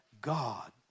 God